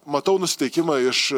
matau nusiteikimą iš